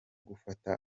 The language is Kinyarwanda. gufata